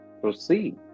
proceed